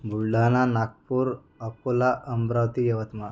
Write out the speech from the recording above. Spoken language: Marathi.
बुलढाणा नागपूर अकोला अमरावती यवतमाळ